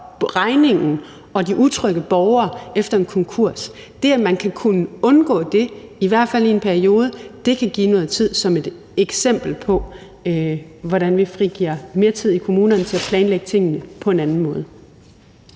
regningen og de utrygge borgere op. Det, at man kunne undgå det, i hvert fald i en periode, kan give noget tid. Det er et eksempel på, hvordan vi frigiver mere tid i kommunerne til at planlægge tingene på en anden måde.